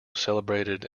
celebrated